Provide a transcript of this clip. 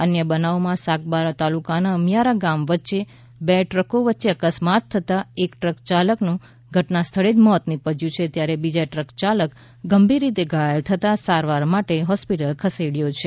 અન્ય બનાવમાં સાગબારા તાલુકાનાં અમિયારા ગામ વચ્ચે બે ટ્રકો વચ્ચે અકસ્માત થતા એક ટ્રક ચાલકનું ધટના સ્થળે જ મોત નીપશ્યું છે ત્યારે બીજો ટ્રક ચાલક ગંભીર રીતે ધાયલ થતાં સારવાર માટે હોસ્પીટલ ખસેડાયો છે